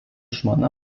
žmona